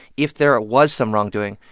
if there ah was some wrongdoing,